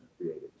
created